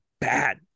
bad